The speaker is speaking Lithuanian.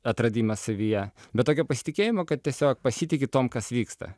atradimas savyje bet tokio pasitikėjimo kad tiesiog pasitiki tuom kas vyksta